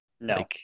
no